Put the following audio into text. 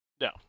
No